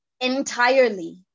entirely